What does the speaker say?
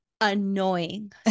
annoying